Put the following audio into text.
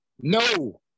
No